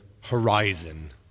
horizon